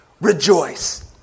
Rejoice